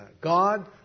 God